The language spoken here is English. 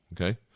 okay